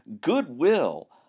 goodwill